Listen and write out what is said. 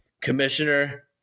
commissioner